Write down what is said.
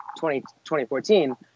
2014